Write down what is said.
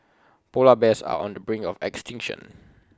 Polar Bears are on the brink of extinction